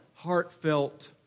Heartfelt